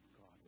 God